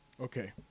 Okay